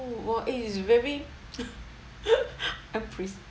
!wah! eh is very